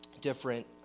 different